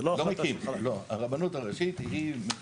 זה לא החלטה שלך.